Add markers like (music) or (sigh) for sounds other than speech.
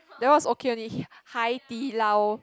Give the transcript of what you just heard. that was okay only (breath) Hai-Di Lao